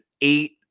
eight